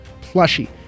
plushy